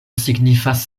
signifas